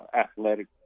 athletic